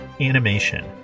animation